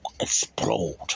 explode